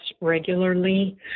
regularly